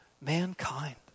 Mankind